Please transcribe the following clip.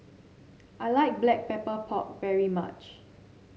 I like Black Pepper Pork very much